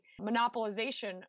monopolization